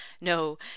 no